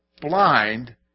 blind